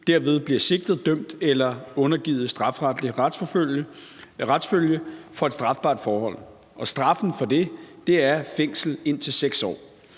derved bliver sigtet, dømt eller undergivet strafferetlig retsfølge for et strafbart forhold. Straffen for det er fængsel indtil 6 år.